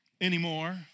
anymore